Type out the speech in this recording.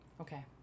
Okay